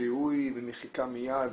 לזיהוי ומחיקה מיד,